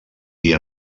dia